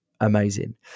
amazing